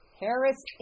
Harris